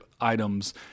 items